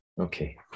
Okay